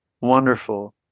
wonderful